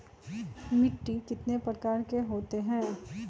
मिट्टी कितने प्रकार के होते हैं?